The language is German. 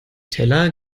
teller